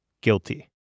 Guilty